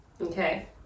Okay